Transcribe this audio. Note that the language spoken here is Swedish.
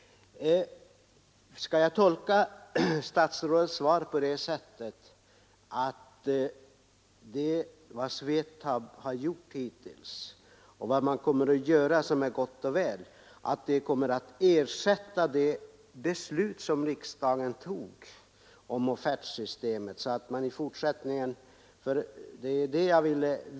Skall jag tolka statsrådets svar på det sättet att det som SVETAB gjort hittills, vilket är gott och väl, kommer att ersätta det beslut som riksdagen fattade om offertsystemet 1969?